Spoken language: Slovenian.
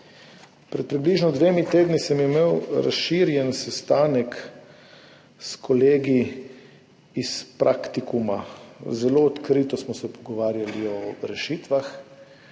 Pred približno dvema tednoma sem imel razširjen sestanek s kolegi iz PRAKTIK.UM, zelo odkrito smo se pogovarjali o rešitvah,